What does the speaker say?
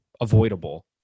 avoidable